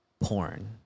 porn